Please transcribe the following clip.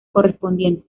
correspondiente